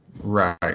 Right